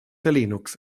linux